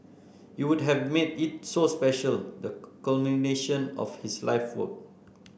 it would have made it so special the culmination of his life work